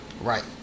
Right